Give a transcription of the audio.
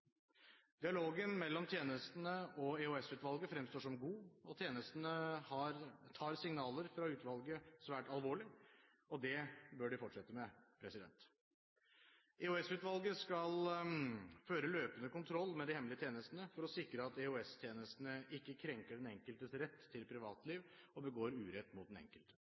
Dialogen mellom tjenestene og EOS-utvalget fremstår som god, og tjenestene tar signaler fra utvalget svært alvorlig. Det bør de fortsette med. EOS-utvalget skal føre løpende kontroll med de hemmelige tjenestene for å sikre at EOS-tjenestene ikke krenker den enkeltes rett til privatliv og begår urett mot den enkelte.